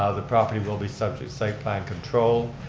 ah the property will be subject safe plan control